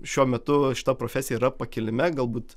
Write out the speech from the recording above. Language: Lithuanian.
šiuo metu šita profesija yra pakilime galbūt